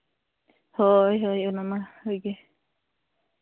ᱦᱳᱭ ᱦᱳᱭ ᱚᱱᱟ ᱢᱟ ᱵᱷᱟᱜᱮ ᱜᱮ